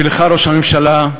ולך, ראש הממשלה,